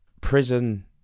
prison